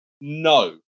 No